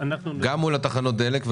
גם מול תחנות הדלק,